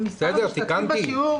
השתתפות בשיעור,